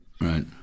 Right